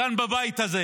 כאן בבית הזה.